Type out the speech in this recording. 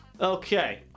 Okay